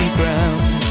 ground